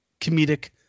comedic